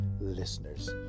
listeners